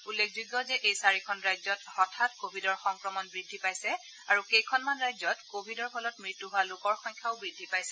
উল্লেখযোগ্য যে এই চাৰিখন ৰাজ্যত হঠাৎ কভিডৰ সংক্ৰমণ বৃদ্ধি পাইছে আৰু কেইখনমান ৰাজ্যত কভিডৰ ফলত মৃত্যু হোৱা লোকৰ সংখ্যাও বৃদ্ধি পাইছে